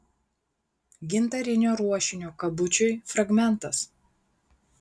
gintarinio ruošinio kabučiui fragmentas